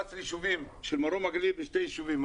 11 יישובים של מרום הגליל, ו-2 יישובים.